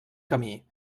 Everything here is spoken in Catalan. camí